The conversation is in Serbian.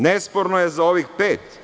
Nesporno je za ovih pet.